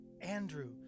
Andrew